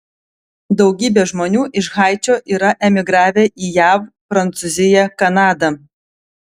daugybė žmonių iš haičio yra emigravę į jav prancūziją kanadą